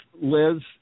Liz